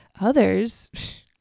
Others